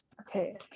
okay